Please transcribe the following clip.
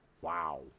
Wow